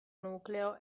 nucleo